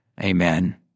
Amen